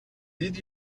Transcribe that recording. did